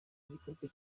igikorwa